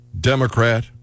Democrat